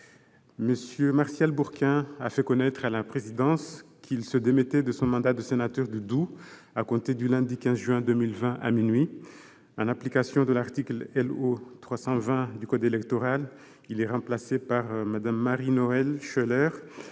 M. Martial Bourquin a fait connaître à la présidence qu'il se démettait de son mandat de sénateur du Doubs à compter du lundi 15 juin 2020, à minuit. En application de l'article L.O. 320 du code électoral, il est remplacé par Mme Marie-Noëlle Schoeller,